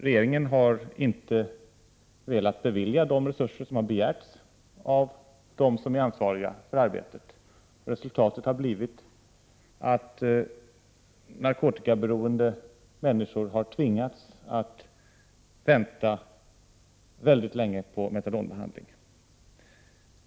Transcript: Regeringen har inte velat bevilja de resurser som har begärts av dem som är ansvariga för arbetet. Resultatet har blivit att narkotikaberoende människor har tvingats vänta väldigt länge på metadonbehandling.